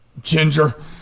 Ginger